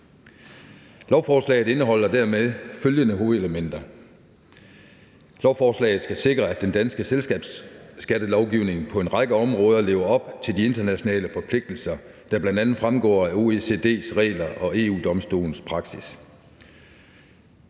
Lovforslaget indeholder dermed følgende hovedelementer: Lovforslaget skal sikre, at den danske selskabsskattelovgivning på en række områder lever op til de internationale forpligtelser, der bl.a. fremgår af OECD's regler og EU-Domstolens praksis.